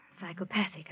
psychopathic